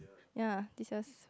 ya this year's